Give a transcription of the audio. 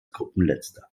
gruppenletzter